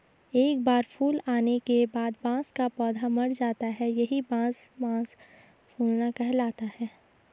एक बार फूल आने के बाद बांस का पौधा मर जाता है यही बांस मांस फूलना कहलाता है